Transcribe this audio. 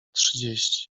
trzydzieści